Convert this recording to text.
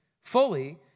fully